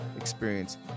Experience